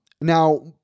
now